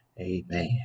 Amen